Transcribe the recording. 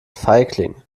feigling